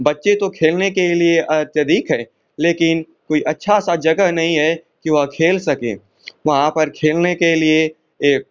बच्चे तो खेलने के लिए अत्यधिक हैं लेकिन कोई अच्छा सा जगह नहीं है कि वह खेल सकें वहाँ पर खेलने के लिए एक